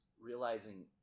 realizing